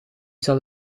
zal